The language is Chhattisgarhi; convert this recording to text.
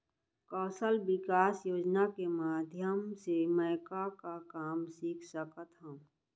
कौशल विकास योजना के माधयम से मैं का का काम सीख सकत हव?